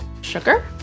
sugar